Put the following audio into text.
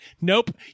Nope